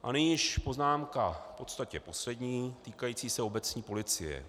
A nyní již poznámka v podstatě poslední týkající se obecní policie.